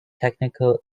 technical